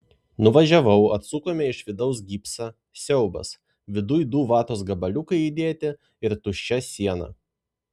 nuvažiavau atsukome iš vidaus gipsą siaubas viduj du vatos gabaliukai įdėti ir tuščia siena